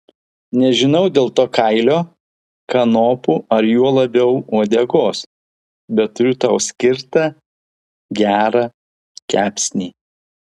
nežinau dėl to kailio kanopų ar juo labiau uodegos bet turiu tau skirtą gerą kepsnį